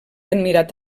admirat